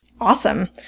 Awesome